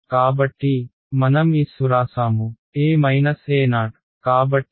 కాబట్టి మనం Es వ్రాసాము E E o